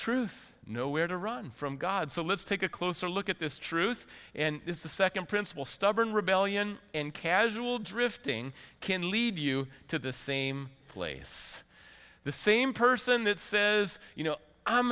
truth nowhere to run from god so let's take a closer look at this truth and this is the second principle stubborn rebellion in casual drifting can lead you to the same place the same person that says you know i'm